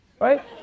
right